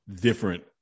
different